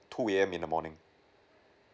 two A_M in the morning